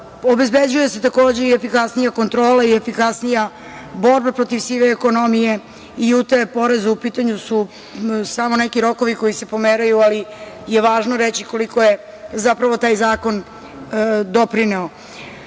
Obezbeđuje se i efikasnija kontrola i efikasnija borba protiv sive ekonomije i utaje poreza. U pitanju su samo neki rokovi koji se pomeraju, ali je važno reći koliko je zapravo taj zakon doprineo. Još